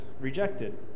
rejected